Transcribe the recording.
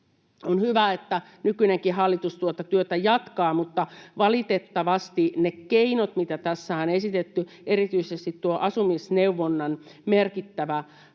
On hyvä, että nykyinenkin hallitus tuota työtä jatkaa, mutta valitettavasti ne keinot, mitä tässä on esitetty — erityisesti tuo asumisneuvonnan merkittävä